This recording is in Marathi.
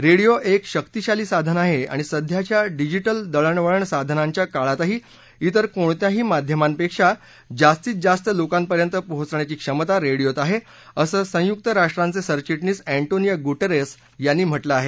रेडियो एक शक्तिशाली साधन आहे आणि सध्याच्या डिजिटल दळणवळण साधनांच्या काळातही इतर कोणत्याही माध्यमांपेक्षा जास्तीत जास्त लोकांपर्यंत पोहोचण्याची क्षमता रेडियोत आहे असं संयुक राष्ट्रांचे सरचिटणीस अँटोनियो गुटेरस यांनी म्हटलं आहे